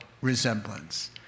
resemblance